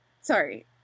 Sorry